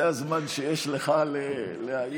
זה הזמן שיש לך להעיר,